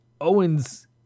Owens